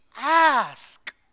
ask